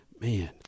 Man